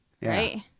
Right